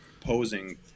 posing